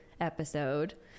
episode